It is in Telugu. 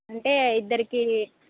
అంటే ఇద్దరికీ